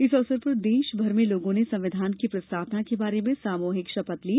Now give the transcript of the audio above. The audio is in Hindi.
इस अवसर पर देशभर में लोगों ने संविधान की प्रस्तावना के बारे में सामूहिक शपथ ली